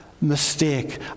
mistake